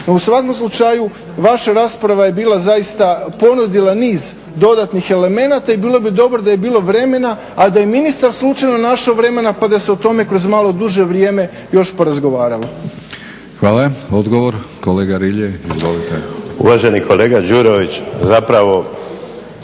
u svakom slučaju vaša rasprava je bila zaista, ponudila niz dodatnih elemenata i bilo bi dobro da je bilo vremena a da je ministar slučajno našao vremena pa da se u tome kroz malo duže vrijeme još porazgovaralo. **Batinić, Milorad (HNS)** Hvala. Odgovor, kolega Rilje, izvolite.